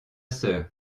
sœur